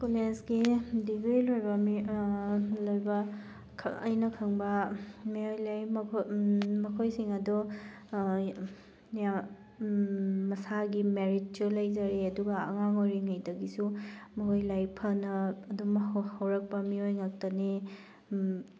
ꯀꯣꯂꯦꯁꯀꯤ degree ꯂꯣꯏꯕ ꯃꯤ ꯂꯣꯏꯕ ꯑꯩꯅ ꯈꯪꯕ ꯃꯤꯑꯣꯏ ꯂꯩ ꯃꯈꯣꯏ ꯃꯈꯣꯏꯁꯤꯡ ꯑꯗꯣ ꯃꯁꯥꯒꯤ ꯃꯦꯔꯤꯠꯁꯨ ꯂꯩꯖꯔꯦ ꯑꯗꯨꯒ ꯑꯉꯥꯡ ꯑꯣꯏꯔꯤꯉꯩꯗꯒꯤꯁꯨ ꯃꯈꯣꯏ ꯂꯥꯏꯔꯤꯛ ꯐꯅ ꯑꯗꯨꯝ ꯍꯧꯔꯛꯄ ꯃꯤꯑꯣꯏ ꯉꯥꯛꯇꯅꯤ